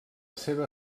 seva